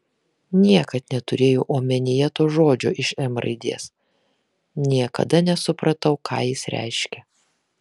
niekad neturėjau omenyje to žodžio iš m raidės niekada nesupratau ką jis reiškia